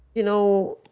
you know,